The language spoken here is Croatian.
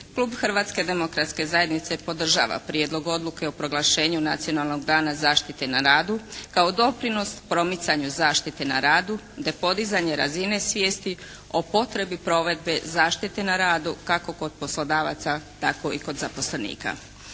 Klub Hrvatske demokratske zajednice podržava Prijedlog odluke o proglašenju "Nacionalnog dana zaštite na radu" kao doprinos promicanju zaštiti na radu te podizanje razine svijesti o potrebi provedbe zaštite na radu kako kod poslodavaca tako i kod zaposlenika,